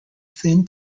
thin